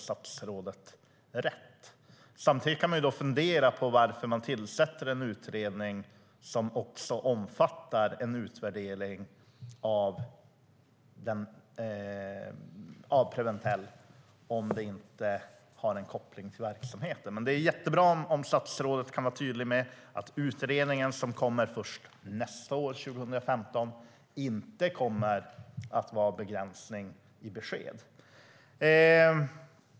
Samtidigt kan jag fundera på varför man tillsätter en utredning som även omfattar en utvärdering av Preventell om det inte har en koppling till verksamheten. Det är dock bra om statsrådet kan vara tydlig med att den utredning som kommer först nästa år, alltså 2015, inte kommer att vara en begränsning när det gäller besked.